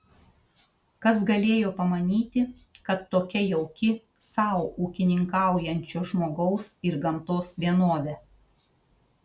kas galėjo pamanyti kad tokia jauki sau ūkininkaujančio žmogaus ir gamtos vienovė